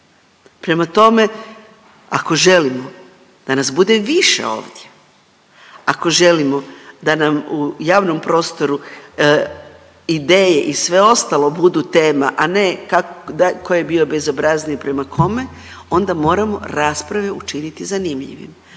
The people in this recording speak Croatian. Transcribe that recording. Prema tome, ako želimo da nas bude više ovdje, ako želimo da nam u javnom prostoru ideje i sve ostalo budu tema, a ne ko je bio bezobrazniji prema kome onda moramo rasprave učiniti zanimljivim,